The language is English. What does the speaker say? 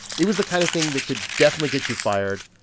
it was the kind of thing that could definitely get you fired,